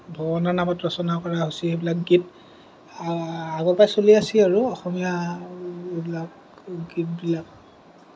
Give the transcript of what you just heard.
ভগৱানৰ নামত ৰচনা কৰা হৈছে সেইবিলাক গীত আগৰপৰা চলি আছে আৰু অসমীয়া এইবিলাক গীতবিলাক